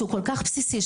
שהוא כל כך בסיסי,